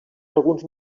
alguns